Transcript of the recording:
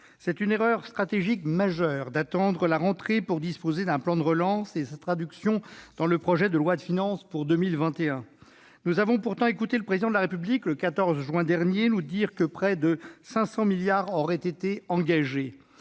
C'est une erreur stratégique majeure d'attendre la rentrée pour lancer un plan de relance et le traduire dans le projet de loi de finances pour l'année 2021. Nous avons pourtant écouté le Président de la République nous dire le 14 juin dernier que près de 500 milliards d'euros auraient été engagés.